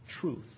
truth